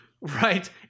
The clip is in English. right